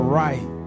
right